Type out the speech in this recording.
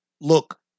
look